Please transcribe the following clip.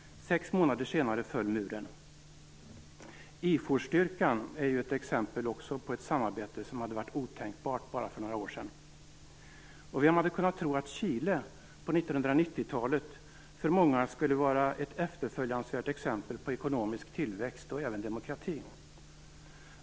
Sex månader senare föll muren. IFOR-styrkan är ju också ett exempel på ett samarbete som hade varit otänkbart för bara några år sedan. Och vem hade kunnat tro att Chile på 1990-talet för många skulle vara ett efterföljansvärt exempel på ekonomisk tillväxt och demokrati?